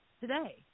today